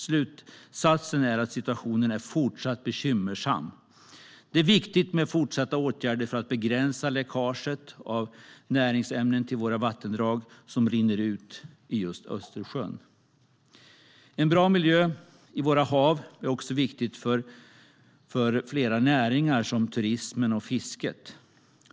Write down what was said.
Slutsatsen är att situationen är fortsatt bekymmersam. Det är viktigt med fortsatta åtgärder för att begränsa läckaget av näringsämnen till våra vattendrag som rinner ut i just Östersjön. En bra miljö i våra hav är också viktigt för flera näringar, som turismen och fisket.